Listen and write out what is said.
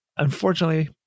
Unfortunately